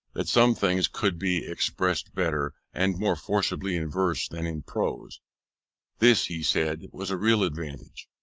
that some things could be expressed better and more forcibly in verse than in prose this, he said, was a real advantage.